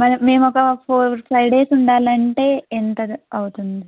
మన మేమ ఒక ఫోర్ ఫైవ్ డేస్ ఉండాలంటే ఎంత అవుతుంది